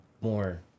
more